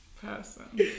person